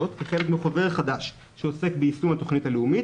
כחלק מחוזר חדש שעוסק ביישום התוכנית הלאומית,